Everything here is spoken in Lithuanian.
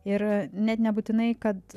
ir net nebūtinai kad